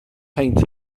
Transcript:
peint